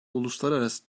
uluslararası